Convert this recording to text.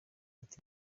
ati